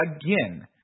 again